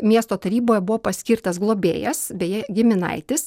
miesto taryboje buvo paskirtas globėjas beje giminaitis